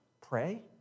pray